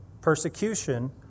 Persecution